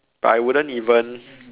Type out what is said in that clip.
but I wouldn't even